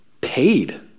paid